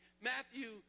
Matthew